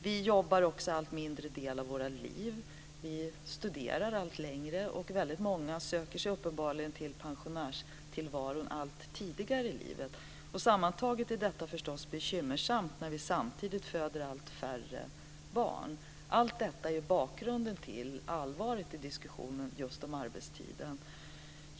Vi jobbar också en allt mindre del av våra liv. Vi studerar allt längre, och väldigt många söker sig uppenbarligen till pensionärstillvaron allt tidigare i livet. Sammantaget är detta förstås bekymmersamt när vi samtidigt föder allt färre barn. Allt detta är bakgrunden till allvaret i diskussionen om arbetstiden.